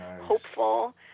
hopeful